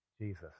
Jesus